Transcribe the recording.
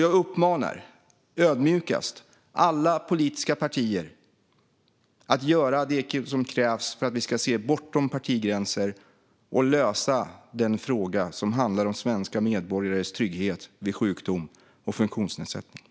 Jag uppmanar ödmjukast alla politiska partier att göra det som krävs för att vi ska se bortom partigränser och lösa den fråga som handlar om svenska medborgares trygghet vid sjukdom och funktionsnedsättning.